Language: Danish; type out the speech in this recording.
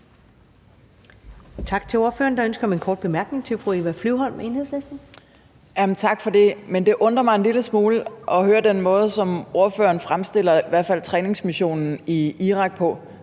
Tak til ordføreren. Der er ønske om en kort bemærkning fra fru Eva Flyvholm, Enhedslisten. Kl. 15:27 Eva Flyvholm (EL): Tak for det. Det undrer mig en lille smule at høre den måde, som ordføreren fremstiller i hvert fald træningsmissionen i Irak på.